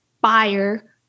buyer